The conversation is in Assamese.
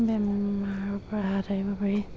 বেমাৰৰ পৰা হাত সাৰিব পাৰি